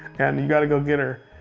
and you got to go get her.